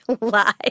lie